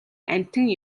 амьтан